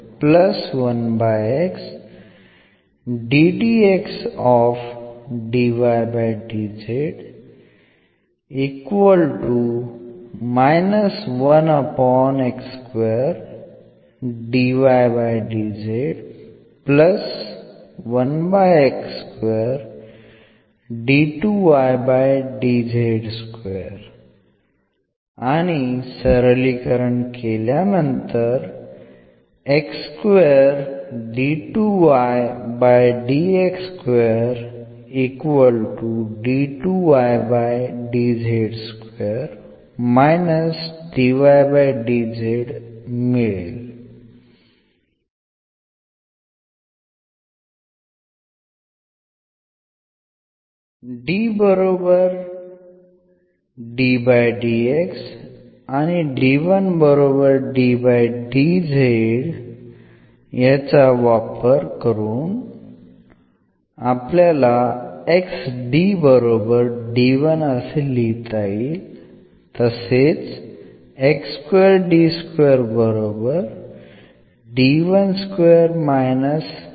वापर करू